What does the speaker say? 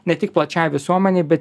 ne tik plačiai visuomenei bet ir